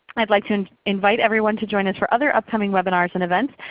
i'd like to and invite everyone to join us for other upcoming webinars and events.